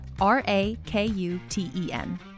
R-A-K-U-T-E-N